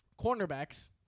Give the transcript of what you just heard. cornerbacks